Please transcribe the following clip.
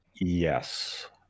Yes